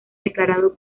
declarado